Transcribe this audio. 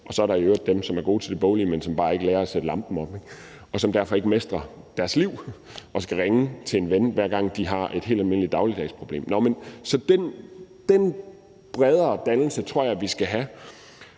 Og så er der i øvrigt dem, som er gode til det boglige, men som bare ikke lærer at sætte lampen op, og som derfor ikke mestrer deres liv og skal ringe til en ven, hver gang de har et helt almindeligt dagligdags problem. Nå, men den bredere dannelse tror jeg vi skal have.